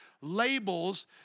labels